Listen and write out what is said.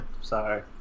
Sorry